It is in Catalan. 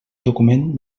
document